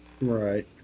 Right